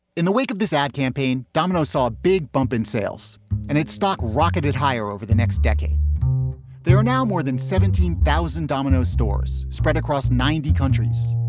in the wake of this ad campaign. domino's saw a big bump in sales and its stock rocketed higher over the next decade there are now more than seventeen thousand domino's stores spread across ninety countries.